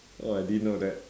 oh I didn't know that